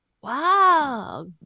wow